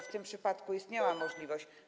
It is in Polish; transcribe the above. W tym przypadku istniała możliwość.